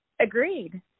Agreed